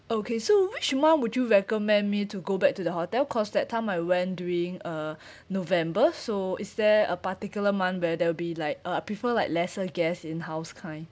okay so which month would you recommend me to go back to the hotel cause that time I went during uh november so is there a particular month where there will be like uh I prefer like lesser guests in house kind